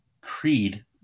Creed